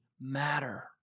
matter